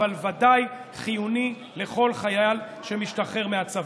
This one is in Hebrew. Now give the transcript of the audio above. אבל ודאי חיוני לכל חייל שמשתחרר מהצבא.